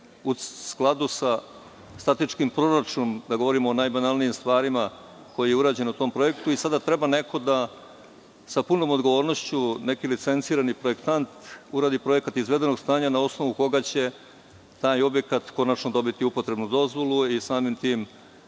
u skladu sa statičkim proračunom, govorimo najbanalnijim stvarima, koji je urađen u tom projektu, i sada treba neko sa punom odgovornošću, neki licencirani projektant, da uradi projekat izvedenog stanja na osnovu koga će taj objekat konačno dobiti upotrebnu dozvolu i samim tim